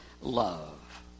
love